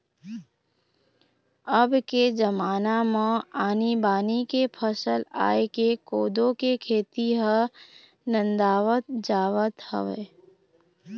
अब के जमाना म आनी बानी के फसल आय ले कोदो के खेती ह नंदावत जावत हवय